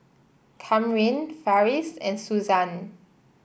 Kamryn Farris and Suzann